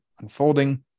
unfolding